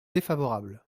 défavorable